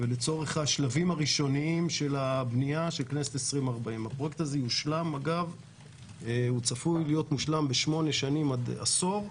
ולצורך השלבים הראשוניים של הבנייה של כנסת 2040. הפרויקט הזה צפוי להיות מושלם בשמונה שנים עד עשור,